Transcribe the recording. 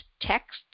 texts